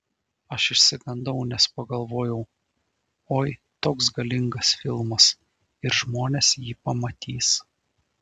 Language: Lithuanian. aš išsigandau nes pagalvojau oi toks galingas filmas ir žmonės jį pamatys